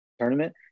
tournament